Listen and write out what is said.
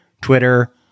Twitter